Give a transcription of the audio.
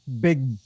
big